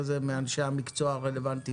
כן נשמע את אנשי המקצוע הרלוונטיים.